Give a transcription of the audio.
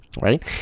right